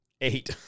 Eight